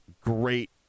great